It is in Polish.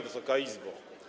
Wysoka Izbo!